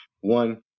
one